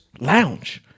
Lounge